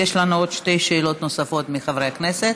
ויש לנו עוד שתי שאלות נוספות מחברי הכנסת.